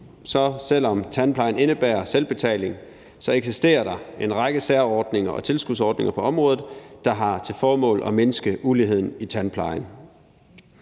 selv om tandplejen indebærer selvbetaling, eksisterer der en række særordninger og tilskudsordninger på området, der har til formål at mindske uligheden i tandplejen.